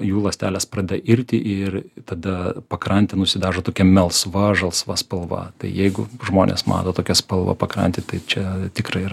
jų ląstelės pradeda irti ir tada pakrantė nusidažo tokia melsva žalsva spalva tai jeigu žmonės mato tokią spalvą pakrantėj tai čia tikrai yra